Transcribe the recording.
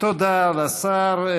תודה לשר.